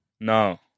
No